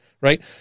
right